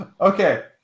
okay